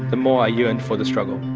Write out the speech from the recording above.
the more i yearned for the struggle.